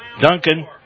Duncan